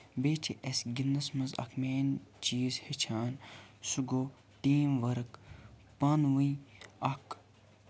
بیٚیہِ چھِ اَسہِ گِندنَس منٛز اکھ مین چیٖز ہیٚچھان سُہ گوٚو ٹیٖم ؤرٕک پانہٕ ؤنۍ اکھ